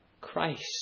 Christ